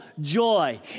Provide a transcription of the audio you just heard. joy